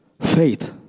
Faith